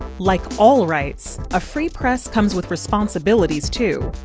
like all rights, a free press comes with responsibilities, too.